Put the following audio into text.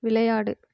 விளையாடு